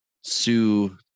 Sue